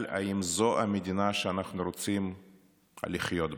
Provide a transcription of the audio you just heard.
אם זו המדינה שאנחנו רוצים לחיות בה,